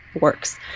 works